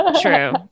True